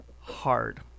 hard